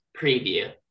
preview